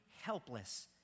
helpless